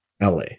la